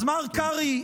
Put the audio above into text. אז מר קרעי,